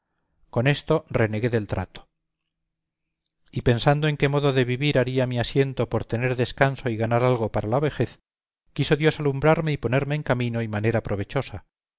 con esto renegué del trato y pensando en qué modo de vivir haría mi asiento por tener descanso y ganar algo para la vejez quiso dios alumbrarme y ponerme en camino y manera provechosa